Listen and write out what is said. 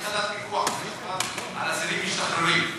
יש יחידת פיקוח על אסירים משתחררים.